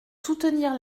soutenir